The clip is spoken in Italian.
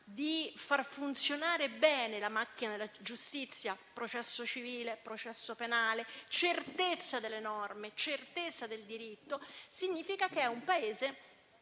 di far funzionare bene la macchina della giustizia - processo civile, processo penale, certezza delle norme e certezza del diritto - il Paese non riesce